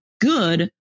good